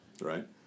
right